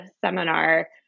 seminar